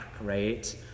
right